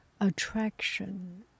attraction